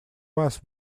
was